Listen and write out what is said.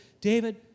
David